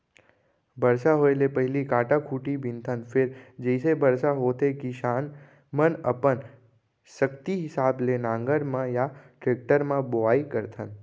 बरसा होए ले पहिली कांटा खूंटी बिनथन फेर जइसे बरसा होथे किसान मनअपन सक्ति हिसाब ले नांगर म या टेक्टर म बोआइ करथन